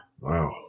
Wow